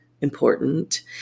important